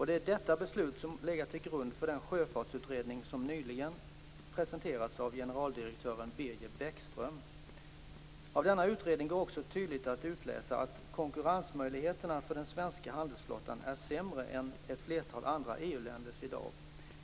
Det är detta beslut som legat till grund för den sjöfartsutredning som nyligen presenterats av generaldirektören Birger Bäckström. Av denna utredning går också tydligt att utläsa att konkurrensmöjligheterna för den svenska handelsflottan är sämre än ett flertal andra EU-länders i dag.